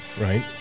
right